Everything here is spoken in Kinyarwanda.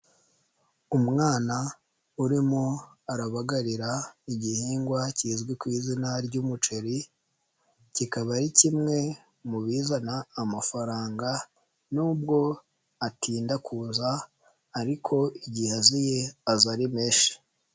Umwana urimo arabagarira igihingwa kizwi ku izina ry'umuceri, kikaba ari kimwe mu bizana amafaranga nubwo atinda kuza ariko igihe aziye aza ari menshi.